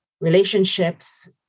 relationships